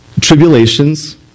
tribulations